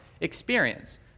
experience